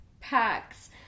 packs